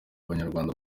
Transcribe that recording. abanyarwanda